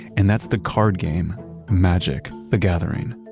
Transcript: and that's the card game magic the gathering.